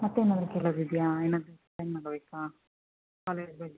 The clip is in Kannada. ಮತ್ತೇನಾದರೂ ಕೇಳೋದಿದ್ಯಾ ಏನಾದರೂ ಬೇಕಾ ಕಾಲೇಜ್ ಬಗ್ಗೆ